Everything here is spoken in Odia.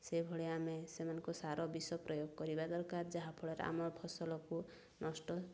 ସେଭଳିଆ ଆମେ ସେମାନଙ୍କୁ ସାର ବିଷ ପ୍ରୟୋଗ କରିବା ଦରକାର ଯାହାଫଳରେ ଆମ ଫସଲକୁ ନଷ୍ଟ